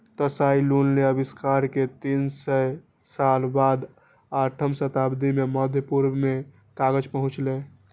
Tsai Lun के आविष्कार के तीन सय साल बाद आठम शताब्दी मे मध्य पूर्व मे कागज पहुंचलै